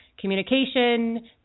communication